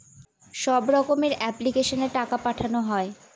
সব রকমের এপ্লিক্যাশনে টাকা পাঠানো হয়